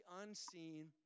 unseen